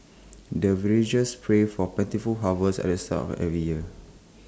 the villagers pray for plentiful harvest at the start of every year